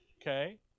okay